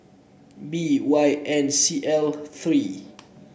B Y N C L three